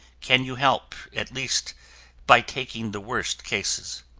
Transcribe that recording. can you help, at least by taking the worst cases?